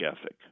ethic